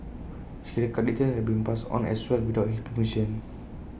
his credit card details had been passed on as well without his permission